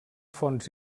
fonts